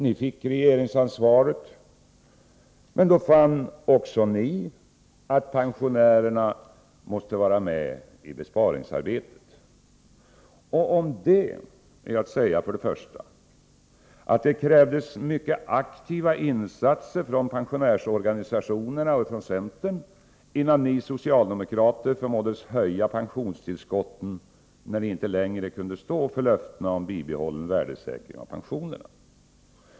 Ni fick regeringsansvaret, men då fann också ni att pensionärerna måste vara med i besparingsarbetet. Om detta är att säga, för det första, att det krävdes mycket aktiva insatser från pensionärsorganisationerna och centern innan ni socialdemokrater förmåddes höja pensionstillskotten, när ni inte längre kunde stå för löftena om bibehållen värdesäkring av pensionerna.